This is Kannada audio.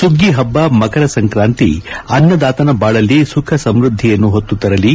ಸುಗ್ಗಿ ಪಬ್ಲ ಮಕರ ಸಂಕ್ರಾಂತಿ ಅನ್ನದಾತನ ಬಾಳಲ್ಲಿ ಸುಖ ಸಮೃದ್ದಿಯನ್ನು ಹೊತ್ತು ತರಲಿ